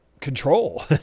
control